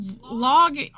log